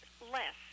less